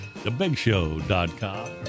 thebigshow.com